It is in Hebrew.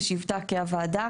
כוועדה,